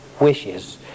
wishes